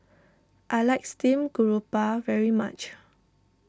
I like Steamed Garoupa very much